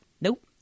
nope